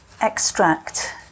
extract